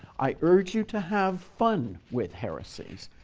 i urge you to have fun with heresies.